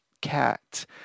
cat